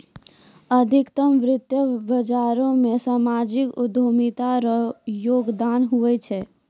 अधिकतर वित्त बाजारो मे सामाजिक उद्यमिता रो योगदान हुवै छै